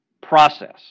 process